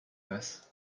passe